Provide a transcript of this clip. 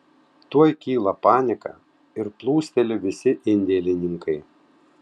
tuoj kyla panika ir plūsteli visi indėlininkai